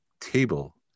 table